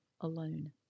alone